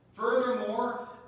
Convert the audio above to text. Furthermore